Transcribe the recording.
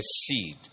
seed